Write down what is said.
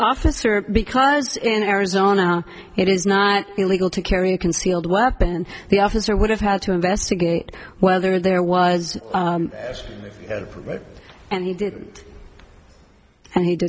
officer because in arizona it is not illegal to carry a concealed weapon the officer would have had to investigate whether there was a permit and he